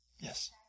Yes